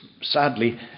sadly